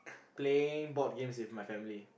playing board games with my family